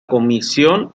comisión